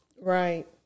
Right